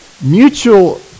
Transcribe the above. mutual